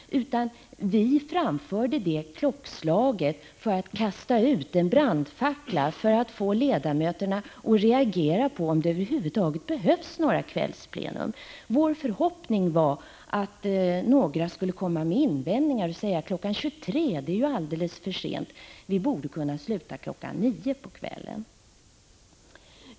1985/86:154 framförde detta klockslag för att så att säga kasta en brandfackla och få 28 maj 1986 ledamöterna att fundera över om det över huvud taget behövs några kvällsplena. Vår förhoppning var att några skulle komma med invändningar och säga att kl. 23.00 ju är alldeles för sent och att vi i stället borde kunna sluta kl. 21.00.